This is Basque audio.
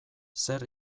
zer